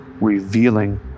revealing